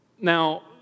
Now